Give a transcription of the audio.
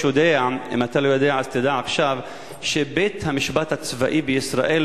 ראש הממשלה הודיע בשבוע שעבר על החמרת התנאים של אותם אסירים ביטחוניים.